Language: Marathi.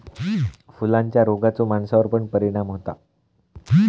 फुलांच्या रोगाचो माणसावर पण परिणाम होता